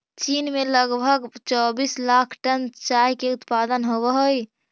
चीन में लगभग चौबीस लाख टन चाय के उत्पादन होवऽ हइ